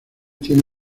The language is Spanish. tiene